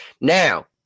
Now